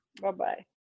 Bye-bye